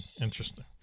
Interesting